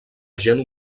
agent